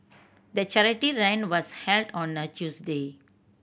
the charity run was held on a Tuesday